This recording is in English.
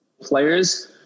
players